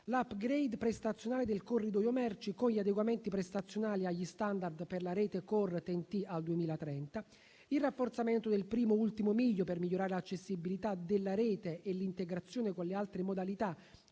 l'*upgrade* prestazionale del corridoio merci con gli adeguamenti prestazionali agli *standard* per la rete «core» TEN-T al 2030; il rafforzamento del primo-ultimo miglio per migliorare l'accessibilità della rete e l'integrazione con le altre modalità